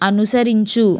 అనుసరించు